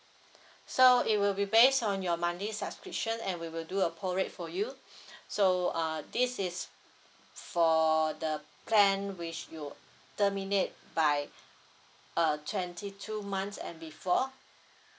so it will be based on your monthly subscription and we will do a prorate for you so uh this is for the plan which you terminate by uh twenty two months and before